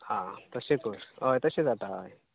हां तशें कर हय तशें जाता हय